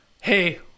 hey